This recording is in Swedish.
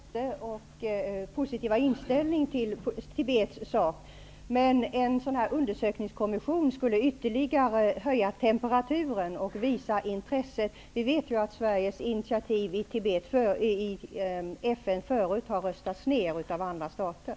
Herr talman! Jag uppskattar utrikesministerns intresse och positiva inställning till Tibets sak. Men en sådan här undersökningskommission skulle ytterligare höja temperaturen och visa intresset. Vi vet att Sveriges initiativ i FN rörande Tibet förut har röstats ned av andra stater.